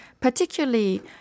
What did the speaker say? particularly